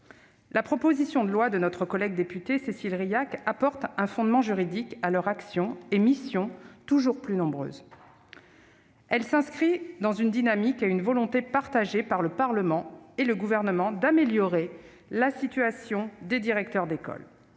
La proposition de loi de notre collègue députée Cécile Rilhac apporte un fondement juridique à leur action et à leurs missions, qui sont toujours plus nombreuses. Elle s'inscrit dans une dynamique née d'une volonté partagée par le Parlement et par le Gouvernement d'améliorer la situation des directeurs d'école.